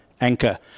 anchor